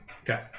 Okay